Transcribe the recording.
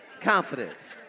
Confidence